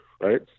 right